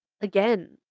again